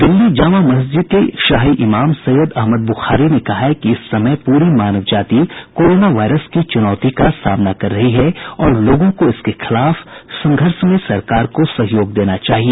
दिल्ली जामा मस्जिद के शाही इमाम सैय्यद अहमद ब्रुखारी ने कहा है कि इस समय पूरी मानव जाति कोरोना वायरस की चुनौती का सामना कर रही है और लोगों को इसके खिलाफ संघर्ष में सरकार को सहयोग देना चाहिए